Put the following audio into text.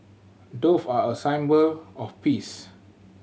doves are a symbol of peace